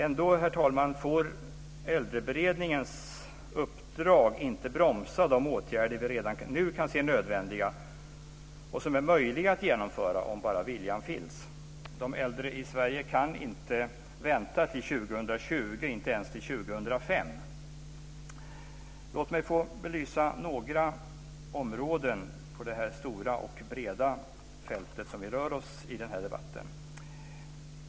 Ändå, herr talman, får Äldreberedningens uppdrag inte bromsa de åtgärder vi redan nu kan se som nödvändiga och som är möjliga att genomföra bara viljan finns. De äldre i Sverige kan inte vänta till 2020, inte ens till 2005. Låt mig få belysa några områden på det stora och breda fält vi rör oss i i debatten.